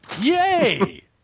Yay